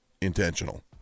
intentional